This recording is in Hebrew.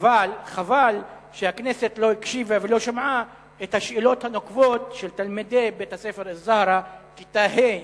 חבל שהכנסת לא הקשיבה ולא שמעה את השאלות הנוקבות של תלמידי כיתה ה'